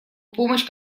помощь